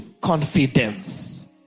Confidence